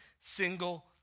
single